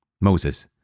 Moses